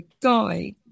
guy